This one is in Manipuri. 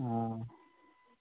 ꯑꯥ